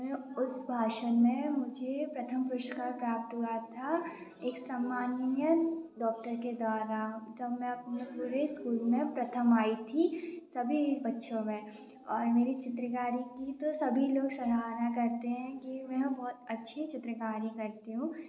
मैं उस भाषण में मुझे प्रथम पुरस्कार प्राप्त हुआ था एक सामान्य डॉक्टर के द्वारा जब मैं अपने पूरे स्कूल में प्रथम आई थी सभी बच्चों में और मेरी चित्रकारी की तो सभी लोग सराहना करते हैं कि मैं बहुत अच्छी चित्रकारी करती हूँ